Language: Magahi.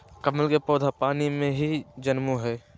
कमल के पौधा पानी में ही जन्मो हइ